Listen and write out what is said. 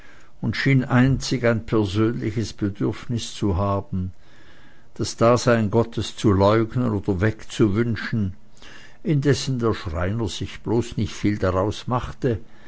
und schien einzig ein persönliches bedürfnis zu haben das dasein gottes zu leugnen oder wegzuwünschen indessen der schreiner sich bloß nicht viel daraus machte